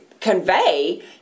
convey